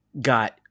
got